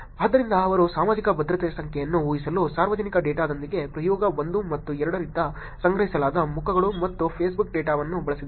ಆದ್ದರಿಂದ ಅವರು ಸಾಮಾಜಿಕ ಭದ್ರತೆ ಸಂಖ್ಯೆಯನ್ನು ಊಹಿಸಲು ಸಾರ್ವಜನಿಕ ಡೇಟಾದೊಂದಿಗೆ ಪ್ರಯೋಗ 1 ಮತ್ತು 2 ರಿಂದ ಸಂಗ್ರಹಿಸಲಾದ ಮುಖಗಳು ಮತ್ತು Facebook ಡೇಟಾವನ್ನು ಬಳಸಿದರು